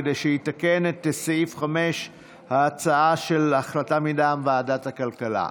כדי שיתקן את סעיף 5 בהצעה של החלטה מטעם ועדת הכלכלה.